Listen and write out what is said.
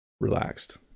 relaxed